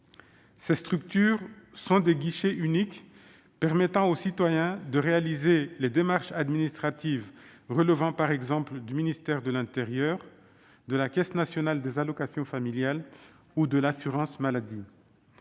Ces structures sont des guichets uniques permettant aux citoyens de réaliser des démarches administratives relevant par exemple du ministère de l'intérieur, de la Caisse nationale des allocations familiales ou de l'assurance maladie.